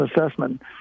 assessment